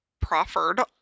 proffered